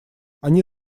они